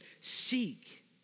seek